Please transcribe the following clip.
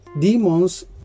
demons